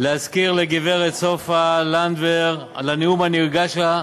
להזכיר לגברת סופה לנדבר, על הנאום הנרגש שלה,